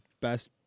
best